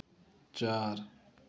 चार